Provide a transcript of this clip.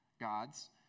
gods